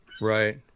right